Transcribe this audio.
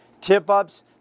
tip-ups